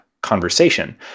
conversation